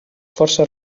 forces